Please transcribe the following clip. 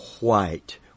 white